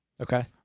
Okay